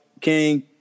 King